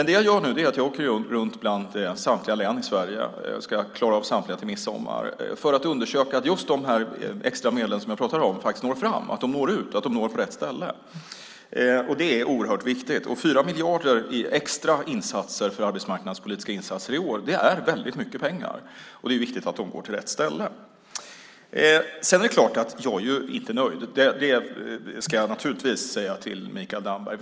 Det jag nu gör är att åka runt till samtliga län i Sverige - jag ska klara av samtliga till midsommar - för att undersöka om de extra medel som jag pratar om faktiskt når ut och kommer till rätt ställe. Det är oerhört viktigt. 4 miljarder extra för arbetsmarknadspolitiska insatser i år är väldigt mycket pengar, och det är viktigt att de går till rätt ställe. Sedan är det klart att jag inte är nöjd; det vill jag säga till Mikael Damberg.